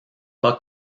pas